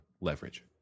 leverage